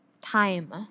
time